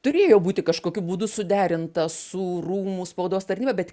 turėjo būti kažkokiu būdu suderinta su rūmų spaudos tarnyba bet